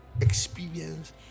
experience